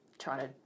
trying